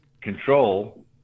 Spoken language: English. control